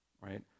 right